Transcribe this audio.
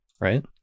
right